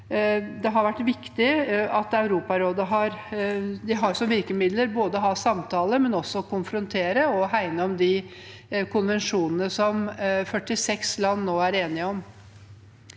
Det har vært viktig at Europarådet har som virkemiddel å ha samtaler, men at det også kan konfrontere og hegne om de konvensjonene som 46 land nå er enige om.